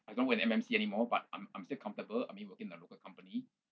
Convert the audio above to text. I'm not with an M_N_C anymore but I'm I'm still comfortable I mean working with a local company